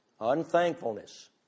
Unthankfulness